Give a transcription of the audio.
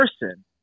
person